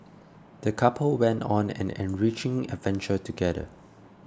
the couple went on an enriching adventure together